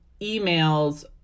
emails